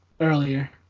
earlier